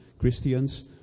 Christians